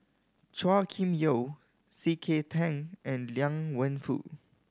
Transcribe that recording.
Chua Kim Yeow C K Tang and Liang Wenfu